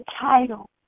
title